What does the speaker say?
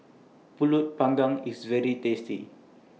Pulut Panggang IS very tasty